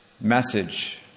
message